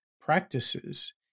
practices